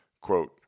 Quote